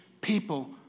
people